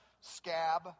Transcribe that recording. Scab